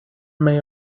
may